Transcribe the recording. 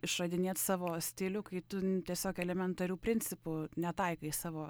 išradinėt savo stilių kai tu tiesiog elementarių principų netaikai savo